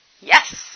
Yes